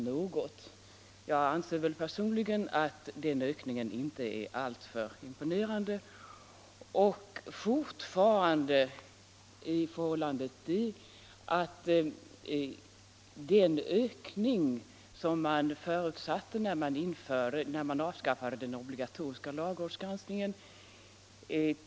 Men jag anser personligen att ökningen inte är alltför imponerande, och fortfarande har vi väl inte sett mycket — Granskning av av den ökning för en annan typ av ärenden som förutsattes när man = statsrådens avskaffade den obligatoriska lagrådsgranskningen.